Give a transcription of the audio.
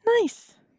Nice